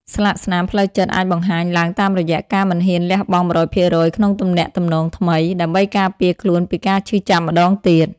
ស្លាកស្នាមផ្លូវចិត្តអាចបង្ហាញឡើងតាមរយៈការមិនហ៊ានលះបង់ ១០០% ក្នុងទំនាក់ទំនងថ្មី ដើម្បីការពារខ្លួនពីការឈឺចាប់ម្តងទៀត។